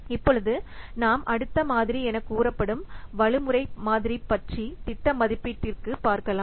இப்பொழுது நாம் அடுத்த மாதிரி எனக் கூறப்படும் வழிமுறை மாதிரி பற்றி திட்ட மதிப்பீட்டிற்கு பார்க்கலாம்